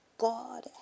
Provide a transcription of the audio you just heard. God